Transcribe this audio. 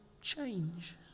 change